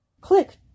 Click